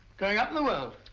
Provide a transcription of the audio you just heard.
going up in the world.